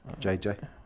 JJ